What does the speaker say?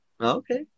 Okay